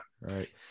right